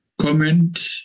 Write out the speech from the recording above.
comment